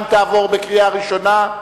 אם תעבור בקריאה ראשונה,